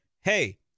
Hey